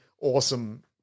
awesome